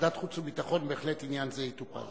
לוועדת חוץ וביטחון, בהחלט עניין זה יטופל.